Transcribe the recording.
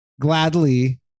gladly